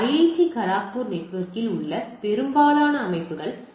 D Kharagpur நெட்வொர்க்கில் உள்ள பெரும்பாலான அமைப்புகள் டி